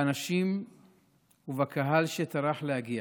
באנשים ובקהל שטרח להגיע.